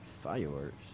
Fireworks